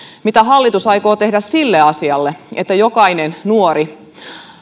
mitä hallitus aikoo tehdä sille asialle että jokainen nuori